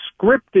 scripted